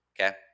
Okay